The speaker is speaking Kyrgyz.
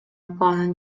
планын